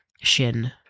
Shin